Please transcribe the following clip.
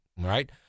right